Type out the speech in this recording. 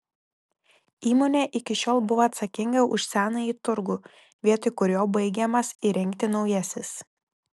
įmonė iki šiol buvo atsakinga už senąjį turgų vietoj kurio baigiamas įrengti naujasis